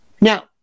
Now